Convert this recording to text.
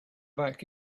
back